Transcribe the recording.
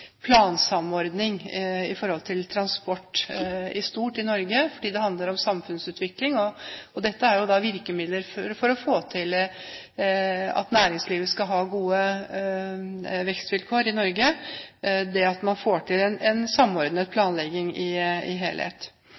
transport i stort i Norge, fordi det handler om samfunnsutvikling. Dette er jo virkemidler for at næringslivet skal ha gode vekstvilkår i Norge, at man får til en samordnet planlegging i helhet.